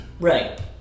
Right